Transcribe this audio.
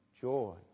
joy